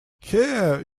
here